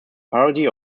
parody